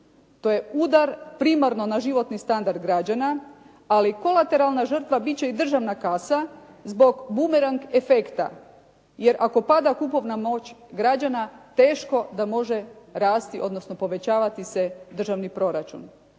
To je udar primarno na životni standard građana, ali kolateralna žrtva bit će i državna kasa zbog bumerang efekta. Jer ako pada kupovna moć građana, teško da može rasti, odnosno povećavati se državni proračun.